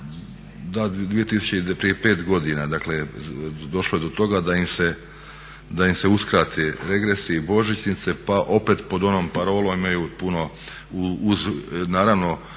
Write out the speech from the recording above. dakle onda je došlo do toga da im se uskrate regresi i božićnice pa opet pod onom parolom imaju puno